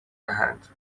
دهند